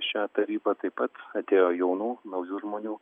šią tarybą taip pat atėjo jaunų naujų žmonių